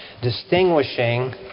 distinguishing